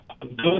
good